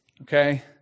Okay